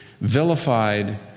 vilified